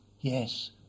yes